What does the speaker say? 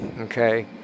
Okay